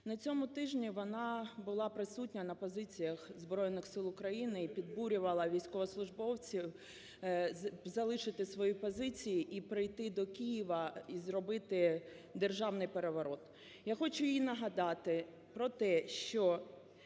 На цьому тижні вона була присутня на позиціях Збройних Сил України і підбурювала військовослужбовців залишити свої позиції і прийти до Києва, і зробити державний переворот. Я хочу їй нагадати про те, що